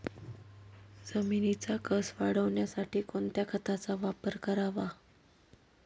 जमिनीचा कसं वाढवण्यासाठी कोणत्या खताचा वापर करावा?